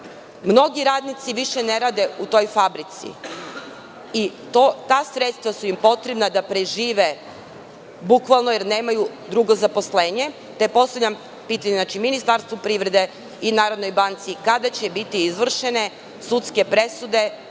Mnogi radnici više ne rade u toj fabrici i ta sredstva su im potrebna da prežive jer nemaju drugo zaposlenje. Postavljam pitanje Ministarstvu privrede i NBS – kada će biti izvršene sudske presude